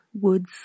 woods